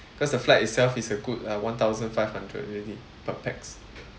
because the flight itself is a good uh one thousand five hundred already per pax